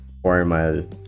formal